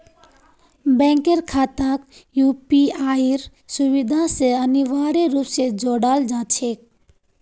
बैंकेर खाताक यूपीआईर सुविधा स अनिवार्य रूप स जोडाल जा छेक